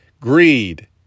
Greed